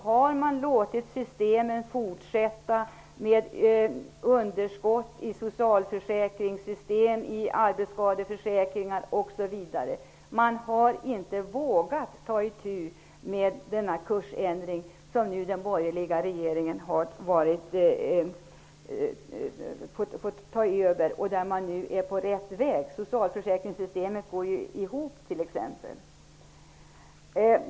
Man har låtit det fortgå med underskott i socialförsäkringssystemet, arbetsskadeförsäkringen osv. Man har inte vågat ta itu med en kursändring. Nu när den borgerliga regeringen har tagit över är man på rätt väg. Socialförsäkringssystemet går ihop.